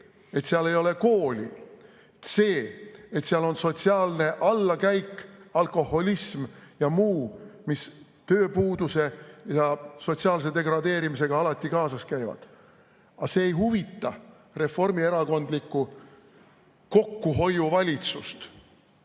b) seal ei ole kooli, c) seal on sotsiaalne allakäik, alkoholism ja muu, mis tööpuuduse ja sotsiaalse degradeerimisega alati kaasas käivad. Aga see ei huvita reformierakondlikku kokkuhoiuvalitsust.